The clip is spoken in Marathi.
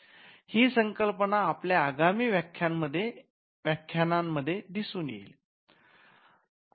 ही संकल्पना आपल्या आगामी व्याख्यानांमध्ये दिसून येईल